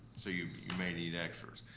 so you you may need extras.